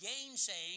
gainsaying